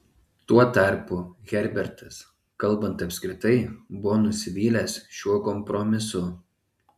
tuo tarpu herbertas kalbant apskritai buvo nusivylęs šiuo kompromisu